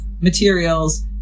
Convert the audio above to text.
materials